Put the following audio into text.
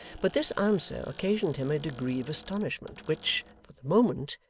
but this answer occasioned him a degree of astonishment, which, for the moment,